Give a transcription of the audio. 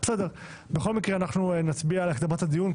בכל מקרה נצביע על הקדמת הדיון.